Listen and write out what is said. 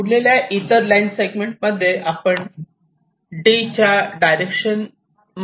उरलेल्या इतर लाइन सेगमेंटमध्ये आपण D च्या डायरेक्शन मध्ये मुव्ह होतो